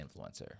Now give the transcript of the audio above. influencer